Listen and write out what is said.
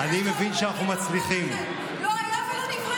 זה לא ייאמן.